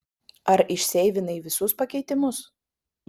ar išseivinai visus pakeitimus